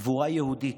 גבורה יהודית,